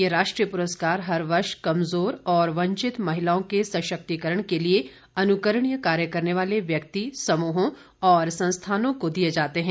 ये राष्ट्रीय पुरस्कार हर वर्ष कमजोर और वंचित महिलाओं के सशक्तींकरण के लिए अनुकरणीय कार्य करने वाले व्यक्ति समूहों और संस्थानों को दिए जाते हैं